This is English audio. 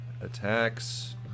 attacks